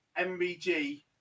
MBG